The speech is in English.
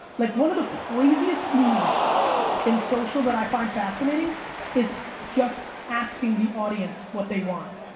like one of the craziest moves in social that i find fascinating is just asking the audience what they want,